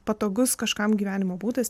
patogus kažkam gyvenimo būdas